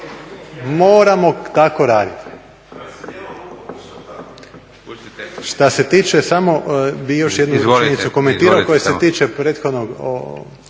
Moramo tako raditi.